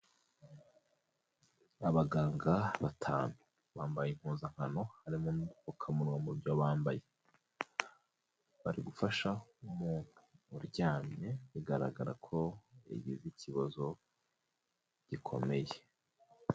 Abaganga batanu. Bambaye impuzankano harimo n'udupfukamunwa mu byo bambaye. Bari gufasha umuntu uryamye bigaragara ko yagize ikibazo gikomeye.